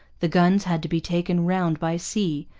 the guns had to be taken round by sea,